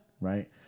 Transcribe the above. Right